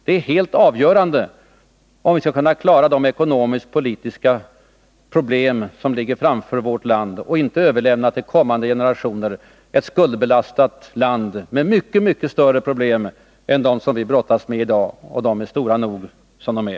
Det är helt avgörande för att vi skall kunna klara de ekonomisk-politiska problem som vårt land har framför sig, och inte till kommande generationer överlämna ett skuldsatt land med mycket större problem än de som vi brottas med i dag. De är stora nog som de är.